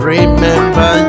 Remember